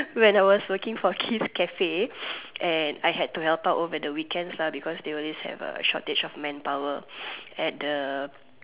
when I was working for Keith's Cafe and I had to help out over the weekends lah because they always have shortage of man power at the